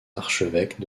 archevêques